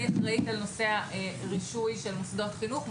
אני אחראית על נושא הרישוי של מוסדות חינוך,